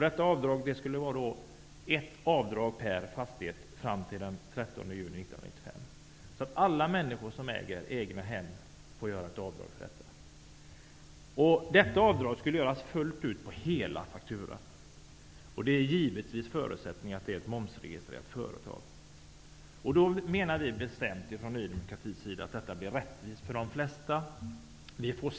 Man skulle då få göra ett avdrag per fastighet fram till den 30 juni 1995. Alla människor som äger egnahem skulle alltså få göra ett avdrag för detta. Detta avdrag skulle göras fullt ut på hela fakturabeloppet. Förutsättningen är givetvis att det är ett momsregistrerat företag som gjort arbetet. Från Ny demokratis sida menar vi bestämt att detta blir rättvist för de flesta.